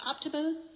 optimal